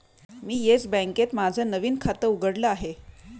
मी Yes बँकेत माझं नवीन खातं उघडलं आहे